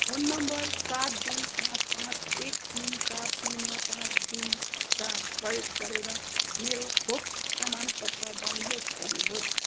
phone number सात दुई पाँच पाँच एक तिन चार शून्य पाँच दुई चार प्रयोग गरेर मेरो खोप प्रमाणपत्र डाउनलोड गर्नुहोस्